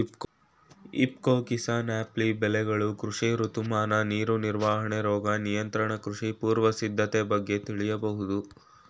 ಇಫ್ಕೊ ಕಿಸಾನ್ಆ್ಯಪ್ಲಿ ಬೆಳೆಗಳು ಕೃಷಿ ಋತುಮಾನ ನೀರು ನಿರ್ವಹಣೆ ರೋಗ ನಿಯಂತ್ರಣ ಕೃಷಿ ಪೂರ್ವ ಸಿದ್ಧತೆ ಬಗ್ಗೆ ತಿಳಿಬೋದು